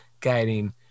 guiding